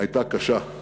הייתה קשה.